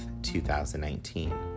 2019